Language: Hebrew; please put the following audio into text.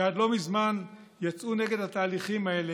שעד לא מזמן יצאו נגד התהליכים האלה,